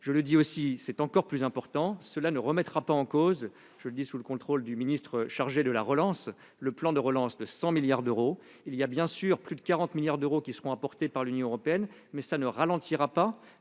Précision encore plus importante, cela ne remettra pas en cause- je le dis sous le contrôle du ministre chargé de la relance -le plan de relance de 100 milliards d'euros. Bien que plus de 40 milliards d'euros soient apportés par l'Union européenne, cela ne ralentira pas